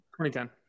2010